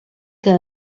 que